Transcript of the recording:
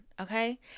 Okay